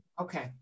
Okay